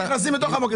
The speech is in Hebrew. הם באים אל המוקד.